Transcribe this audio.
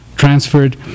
transferred